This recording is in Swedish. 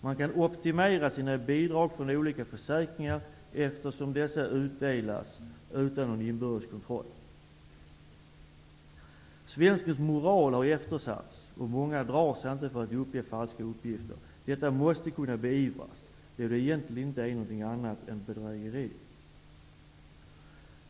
Man kan optimera sina bidrag från olika försäkringar, eftersom dessa utdelas utan någon inbördes kontroll. Svenskens moral har eftersatts, och många drar sig inte för att uppge falska uppgifter. Detta måste kunna beivras då det egentligen inte är någonting annat än bedrägeri.